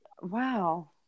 wow